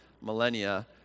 millennia